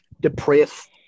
depressed